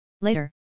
Later